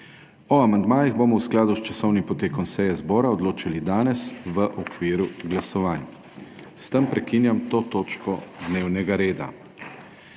O amandmajih bomo v skladu s časovnim potekom seje zbora odločali danes v okviru glasovanj. S tem prekinjam to točko dnevnega reda.